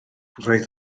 roedd